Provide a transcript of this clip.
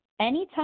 Anytime